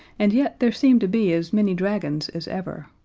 and yet there seemed to be as many dragons as ever.